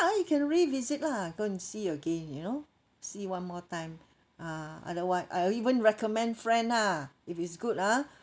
you can revisit lah go and see again you know see one more time ah otherwise I'll even recommend friends lah if it's good ah